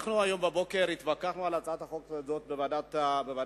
היום בבוקר אנחנו התווכחנו על הצעת החוק הזאת בוועדת הכנסת,